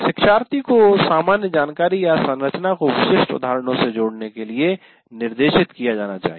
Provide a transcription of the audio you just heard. शिक्षार्थियों को सामान्य जानकारी या संरचना को विशिष्ट उदाहरणों से जोड़ने के लिए निर्देशित किया जाना चाहिए